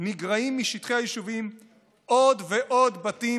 נגרעים משטחי היישובים עוד ועוד בתים